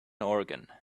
organ